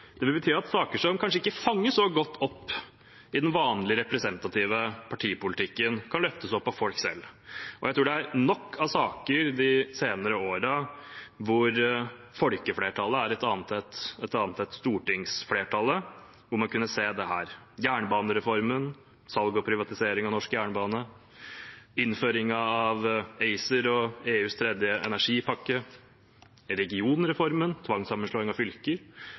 det vil bety at saker som kanskje ikke fanges så godt opp i den vanlige, representative partipolitikken, kan løftes opp av folk selv. Jeg tror det er nok av saker de senere årene hvor folkeflertallet er et annet enn stortingsflertallet, hvor man kunne sett dette – jernbanereformen, salg og privatisering av norsk jernbane, innføringen av ACER og EUs tredje energipakke, regionreformen, tvangssammenslåing av fylker,